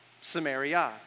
Samaria